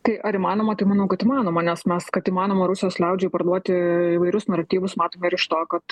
tai ar įmanoma tai manau kad įmanoma nes mes kad įmanoma rusijos liaudžiai parduoti įvairius naratyvus matome ir iš to kad